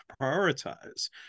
prioritize